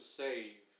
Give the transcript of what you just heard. save